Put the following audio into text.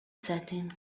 setting